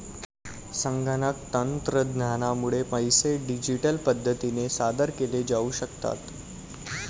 संगणक तंत्रज्ञानामुळे पैसे डिजिटल पद्धतीने सादर केले जाऊ शकतात